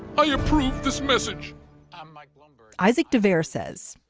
i approve this message um mike um isaac deveare says.